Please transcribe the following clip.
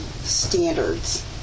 standards